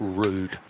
rude